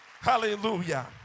Hallelujah